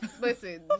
Listen